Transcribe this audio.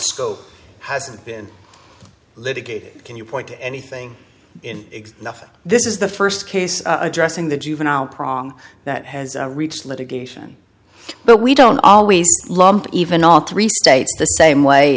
school hasn't been litigated can you point to anything in the this is the first case addressing the juvenile prong that has reached litigation but we don't always lump even on three states the same